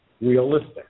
realistic